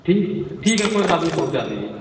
ठीक है तो ठीक है कोई बात नहीं पहुँचा दीजिए